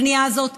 הפנייה הזאת,